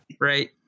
right